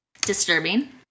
Disturbing